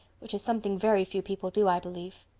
which is something very few people do, i believe.